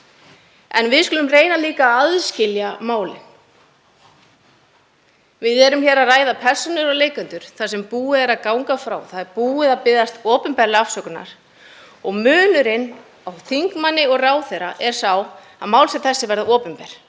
En við skulum reyna líka að aðskilja málin. Við erum hér að ræða persónur og leikendur þar sem búið er að ganga frá, það er búið að biðjast opinberlega afsökunar. Munurinn á þingmanni og ráðherra er sá að mál sem þessi verða opinber.